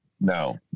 no